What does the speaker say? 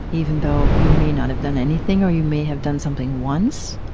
even though you may not have done anything, or you may have done something once.